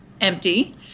empty